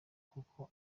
kuko